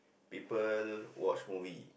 people watch movie